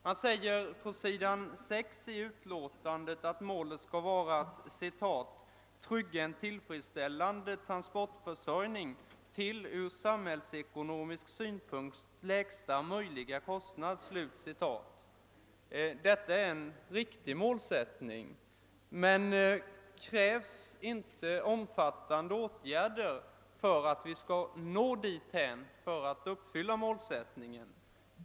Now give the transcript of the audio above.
Det sägs på s. 6 att målet skall vara att »trygga en tillfredsställande transportförsörjning till ur samhällsekonomisk synpunkt lägsta möjliga kostnader». Detta är en riktig målsättning, men krävs inte omfattande åtgärder för att vi skall nå målet?